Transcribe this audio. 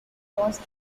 was